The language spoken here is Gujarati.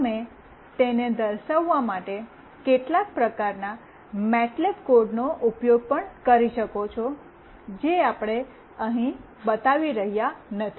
તમે તેને દર્શાવવા માટે કેટલાક પ્રકારના મેટલેબ કોડનો ઉપયોગ પણ કરી શકો છો જે આપણે અહીં બતાવી રહ્યા નથી